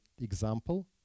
example